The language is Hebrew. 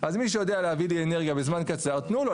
אז מי שיודע להביא לי אנרגיה בזמן קצר תנו לו.